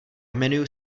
jmenuji